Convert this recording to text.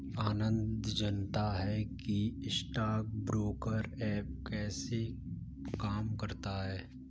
आनंद जानता है कि स्टॉक ब्रोकर ऐप कैसे काम करता है?